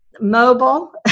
mobile